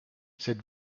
cette